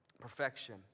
perfection